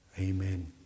Amen